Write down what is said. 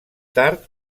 tard